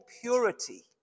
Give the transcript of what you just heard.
purity